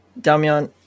Damian